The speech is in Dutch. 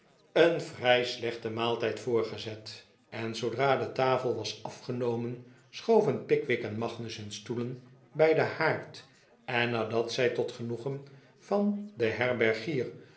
een vrij slechte maaltijd voorgezet en zoodra de tafel was afgenomen schoven pickwick en magnus him stoelen bij den haard en nadat zij tot genoegen van den herbergier